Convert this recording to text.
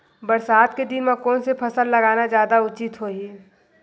बरसात के दिन म कोन से फसल लगाना जादा उचित होही?